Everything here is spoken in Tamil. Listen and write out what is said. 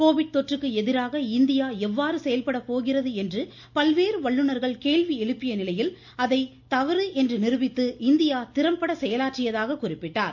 கோவிட் தொற்றுக்கு எதிராக இந்தியா எவ்வாறு செயல்படப் போகிறது என்று பல்வேறு வல்லுநர்கள் கேள்வி எழுப்பிய நிலையில் அவை தவறு என்று நிருபித்து இந்தியா திறம்பட செயலாற்றியதாக குறிப்பிட்டார்